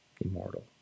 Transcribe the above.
immortal